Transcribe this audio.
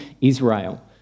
Israel